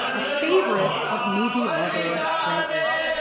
a favorite of movie lover grant wood.